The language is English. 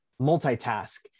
multitask